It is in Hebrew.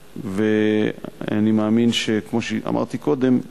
אני מאמין, כמו שאמרתי קודם,